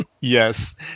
Yes